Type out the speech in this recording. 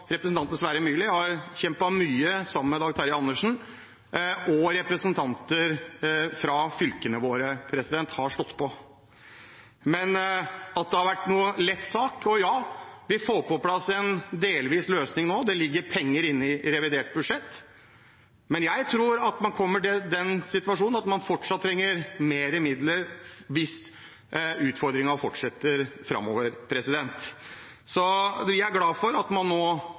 representanter fra fylkene våre har stått på. Men at det har vært noen lett sak – vi får på plass en delvis løsning, det ligger penger i revidert budsjett, men jeg tror at man kommer til den situasjon at man fortsatt trenger mer midler hvis utfordringen fortsetter framover. Vi er glad for at komiteen nå